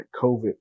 COVID